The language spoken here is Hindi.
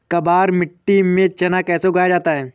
काबर मिट्टी में चना कैसे उगाया जाता है?